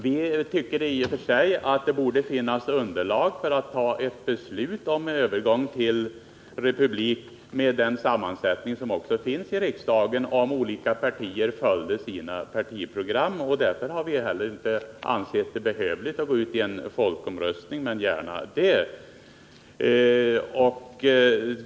Vi anser att det borde finnas underlag för att nu fatta ett beslut om övergång till republik, med den sammansättning som finns i riksdagen, om olika partier följde sina partiprogram. Därför har vi heller inte ansett det behövligt att gå ut i en folkomröstning — men gärna det!